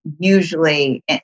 usually